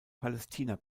palästina